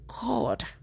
God